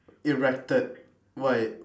erected why